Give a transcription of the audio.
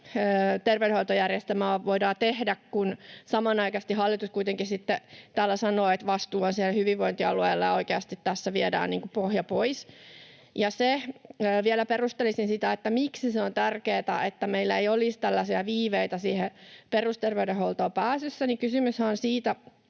terveydenhoitojärjestelmään voidaan tehdä, kun samanaikaisesti hallitus kuitenkin sitten täällä sanoo, että vastuu on siellä hyvinvointialueilla, ja oikeasti tässä viedään pohja pois. Ja vielä perustelisin sitä, miksi se on tärkeätä, että meillä ei olisi tällaisia viiveitä siihen perusterveydenhuoltoon pääsyssä. Kysymyshän on siitä,